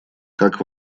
как